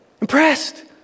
impressed